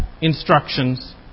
instructions